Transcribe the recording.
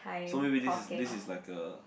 so maybe this is this is like a